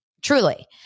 Truly